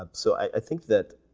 ah so i think that